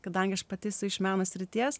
kadangi aš pati esu iš meno srities